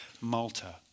Malta